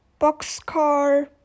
Boxcar